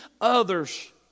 others